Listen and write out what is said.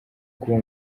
kuba